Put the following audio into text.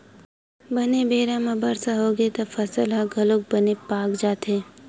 बने बेरा म बरसा होगे त फसल ह घलोक बने पाक जाथे